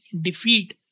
defeat